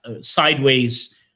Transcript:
sideways